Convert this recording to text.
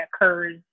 occurs